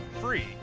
free